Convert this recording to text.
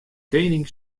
kening